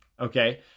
Okay